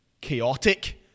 chaotic